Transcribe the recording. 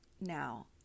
Now